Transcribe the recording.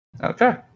Okay